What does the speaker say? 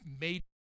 made